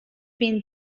been